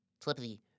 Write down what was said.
Telepathy